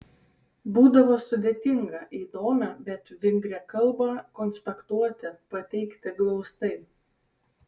būdavo sudėtinga įdomią bet vingrią kalbą konspektuoti pateikti glaustai